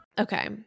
Okay